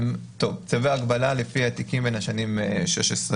צווי הגבלה לפי התיקים בין השנים 2020-2016: